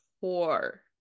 core